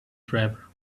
driver